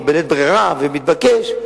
או בלית ברירה ומתבקש,